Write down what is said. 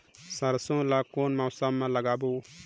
सरसो ला कोन मौसम मा लागबो?